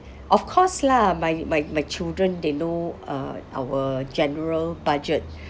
of course lah my my my children they know uh our general budget